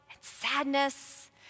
sadness